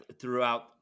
throughout